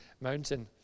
mountain